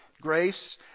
Grace